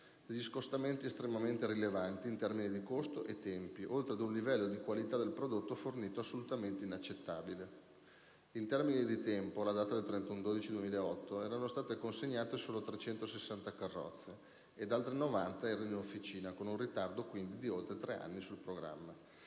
degli scostamenti estremamente rilevanti in termini di costo e tempi, oltre ad un livello di qualità del prodotto fornito assolutamente inaccettabile. In termini di tempi, alla data del 31 dicembre 2008, erano state consegnate solo 360 carrozze, ed altre 90 erano in officina, con un ritardo quindi di oltre tre anni sul programma.